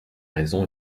raison